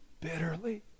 bitterly